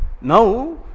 Now